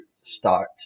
start